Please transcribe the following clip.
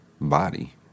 body